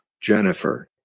Jennifer